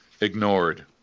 ignored